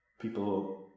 People